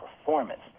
performance